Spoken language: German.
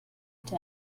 der